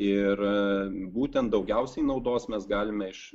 ir būtent daugiausiai naudos mes galime iš